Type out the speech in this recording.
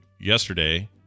yesterday